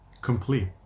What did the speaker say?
complete